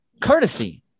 Courtesy